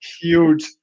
huge